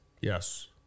Yes